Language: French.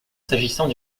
s’agissant